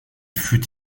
fut